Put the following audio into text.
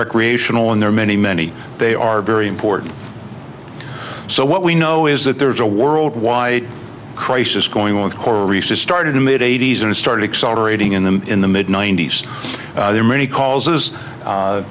recreational and there are many many they are very important so what we know is that there is a worldwide crisis going on with coral reefs that started in mid eighty's and started accelerating in them in the mid ninety's there are many ca